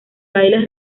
bailes